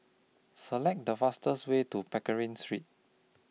Select The fastest Way to Pickering Street